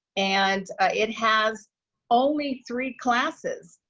and it has only three classes,